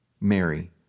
Mary